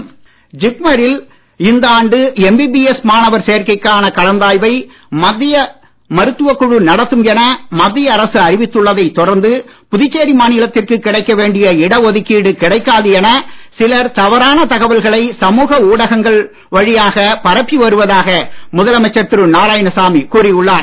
ஜிப்மர் ஜிப்மரில் இந்த ஆண்டு எம்பிபிஎஸ் மாணவர் சேர்க்கைக்கான கலந்தாய்வை மத்திய மருத்துவக் குழு நடத்தும் என மத்திய அரசு அறிவித்துள்ளதைத் தொடர்ந்து புதுச்சேரி மாநிலத்திற்கு கிடைக்க வேண்டிய இடஒதுக்கீடு கிடைக்காது என சிலர் தவறான தகவல்களை சமூக ஊடகங்கள் வழியாக பரப்பி வருவதாக முதலமைச்சர் திரு நாராயணசாமி கூறி உள்ளார்